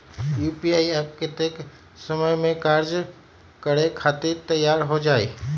UPI app कतेइक समय मे कार्य करे खातीर तैयार हो जाई?